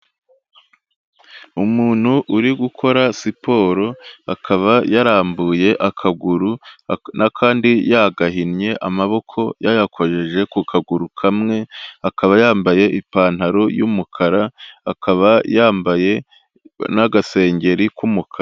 Umuntu uri gukora siporo, akaba yarambuye akaguru n'akandi yagahinnye amaboko yayakojeje ku kaguru kamwe, akaba yambaye ipantaro y'umukara, akaba yambaye n'agasengeri k'umukara.